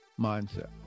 mindset